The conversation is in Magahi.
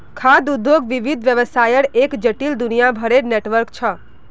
खाद्य उद्योग विविध व्यवसायर एक जटिल, दुनियाभरेर नेटवर्क छ